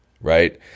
right